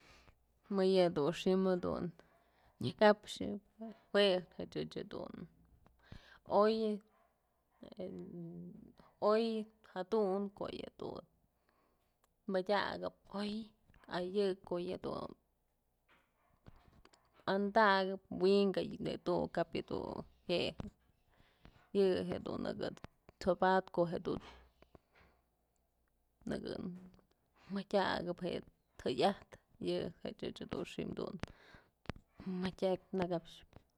Mäyë dun xi'im nakapxyën juë je'e chëch jedun oyë oy jadun ko'o yëdun madyakëp oy a yë ko'o yëdun andakëp wi'ika yëdun kabyë dun jue je'e yë jedun nëkë t'sobatpë ko'o jedun nëkë madyakëp je'e tëyajtë yë je'e chëch jedun xi'im madyakpyë nakaxpyë.